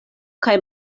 kaj